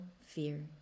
fear